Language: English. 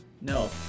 no